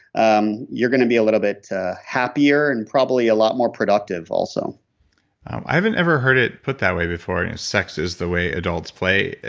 um you're going to be a little bit happier and probably a lot more productive also i haven't ever heard it put that way before. sex is the way adults play.